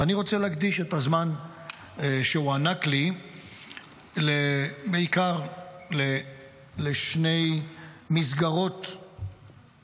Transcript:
ואני רוצה להקדיש את הזמן שהוענק לי בעיקר לשתי מסגרות כתב.